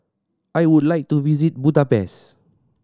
I would like to visit Budapest